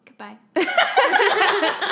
Goodbye